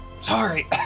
sorry